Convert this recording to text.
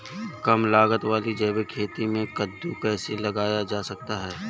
कम लागत वाली जैविक खेती में कद्दू कैसे लगाया जा सकता है?